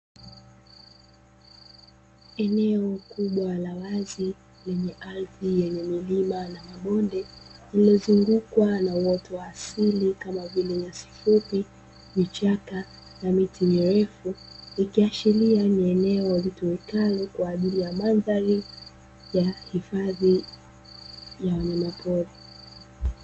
Eneo kubwa la wazi lenye ardhi yenye milima na mabonde lililozungukwa na uoto wa asili kama vile nyasi fupi, vichaka na miti mirefu ikiashiria ni eneo litumikalo kwa ajili ya mandhari ya hifadhi ya wanyama pori.